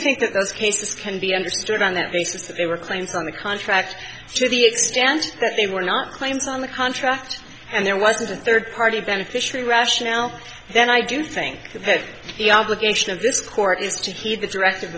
think that those cases can be understood on that basis that they were claims on the contract to the expansion that they were not claims on the contract and there was a third party beneficiary rationale then i do think that the obligation of this court is to heed the direct